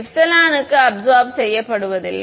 மாணவர் அதெல்லாம் ε க்கு அபிசார்ப் செய்யப்படுவதில்லை